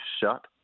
shut